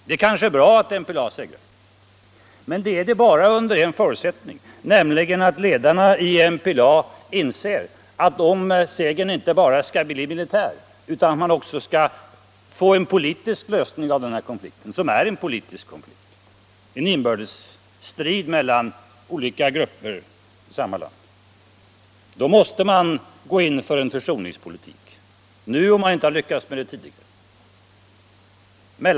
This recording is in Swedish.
Det kanske är bra att MPLA segrar men bara under en förutsättning, nämligen att ledarna i MPLA inser att om segern inte bara skall bli militär utan också leda till en politisk lösning på konflikten så måste man gå in för en försoningspolitik.